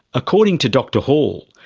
according to dr hall,